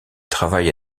travaille